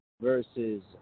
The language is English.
versus